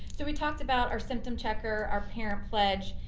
so we talked about our symptom checker, our parent pledge.